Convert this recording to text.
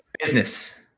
Business